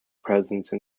presence